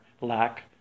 lack